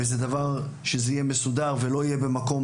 וזה דבר שזה יהיה מסודר ולא יהיה במקום